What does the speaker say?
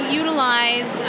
utilize